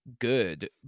good